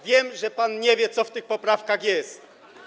Wiem, że pan nie wie, co w tych poprawkach jest.